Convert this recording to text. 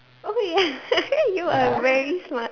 okay you are very smart